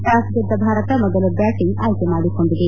toss ಗೆದ್ದ ಭಾರತ ಮೊದಲು batting ಆಯ್ಕೆ ಮಾಡಿಕೊಂಡಿದೆ